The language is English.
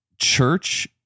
Church